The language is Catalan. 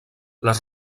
les